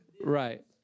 right